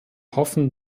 hoffen